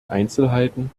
einzelheiten